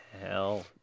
Hell